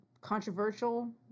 controversial